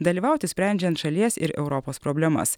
dalyvauti sprendžiant šalies ir europos problemas